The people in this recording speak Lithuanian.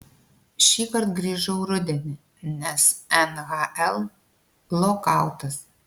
šįkart grįžau rudenį nes nhl lokautas